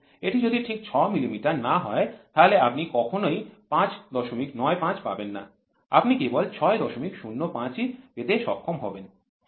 এটি যদি ঠিক ৬ মিলিমিটার না হয় তাহলে আপনি কখনোই ৫৯৫ পাবেন না আপনি কেবল ৬০৫ ই পেতে সক্ষম হবেন